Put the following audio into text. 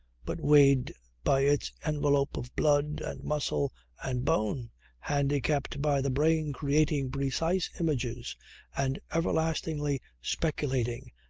but weighted by its envelope of blood and muscle and bone handicapped by the brain creating precise images and everlastingly speculating,